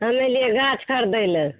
हम एलियै गाछ खरिदय लेल